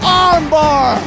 armbar